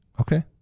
Okay